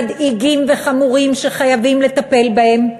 מדאיגים וחמורים שחייבים לטפל בהם,